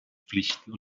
pflichten